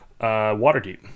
Waterdeep